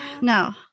No